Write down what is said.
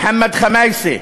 מוחמד ח'מאיסה,